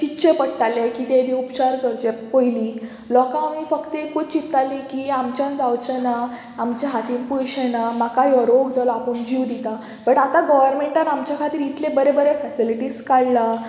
चितचें पडटालें की ते बी उपचार करचे पयलीं लोकां फक्त एकूच चित्ताली की आमच्यान जावचें ना आमच्या हातीन पयशे ना म्हाका हो रोग जालो आपूण जीव दिता बट आतां गोवोरमेंटान आमच्या खातीर इतले बरे बरे फेसिलिटीज काडला